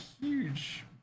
huge